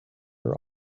are